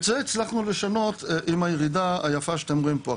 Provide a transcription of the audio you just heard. ואת זה הצלחנו לשנות עם הירידה היפה שאתם רואים פה.